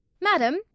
madam